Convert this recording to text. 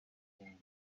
again